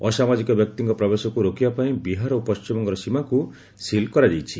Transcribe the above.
ଅସାମାଜିକ ବ୍ୟକ୍ତିଙ୍କ ପ୍ରବେଶକୁ ରୋକିବା ପାଇଁ ବିହାର ଓ ପଶ୍ଚିମବଙ୍ଗର ସୀମାକୁ ସିଲ କରାଯାଇଛି